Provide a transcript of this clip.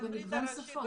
במגוון שפות.